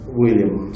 william